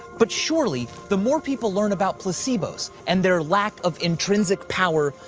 but surely, the more people learn about placebos and their lack of intrinsic power,